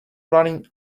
running